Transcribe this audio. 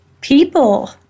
people